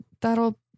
that'll